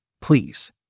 please